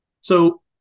So-